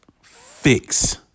fix